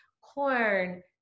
corn